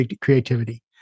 creativity